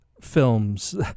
films